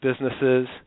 businesses